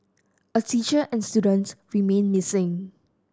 a teacher and student remain missing